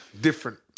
Different